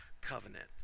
covenant